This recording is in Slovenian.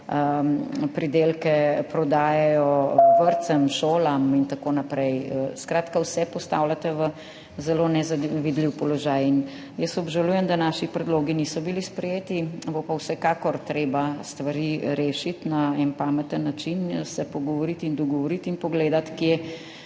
pridelke prodajajo vrtcem, šolam in tako naprej, skratka vse postavljate v zelo nezavidljiv položaj. Obžalujem, da naši predlogi niso bili sprejeti, bo pa vsekakor treba stvari rešiti na en pameten način, se pogovoriti in dogovoriti in pogledati kje